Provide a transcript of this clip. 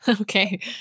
Okay